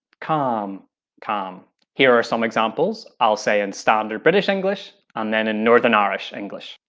calm calm here are some examples i'll say in standard british english and then in northern irish english.